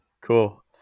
Cool